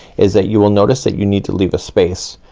is that you will notice that you need to leave a space,